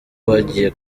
bagiye